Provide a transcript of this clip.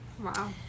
Wow